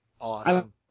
Awesome